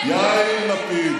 יאיר לפיד,